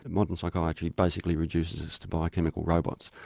modern psychiatry basically reduces us to biochemical robots.